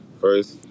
first